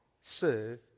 serve